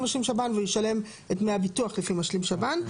משלים שב"ן והוא ישלם את דמי הביטוח לפי משלים שב"ן.